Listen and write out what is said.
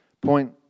point